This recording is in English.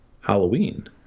halloween